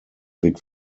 big